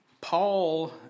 Paul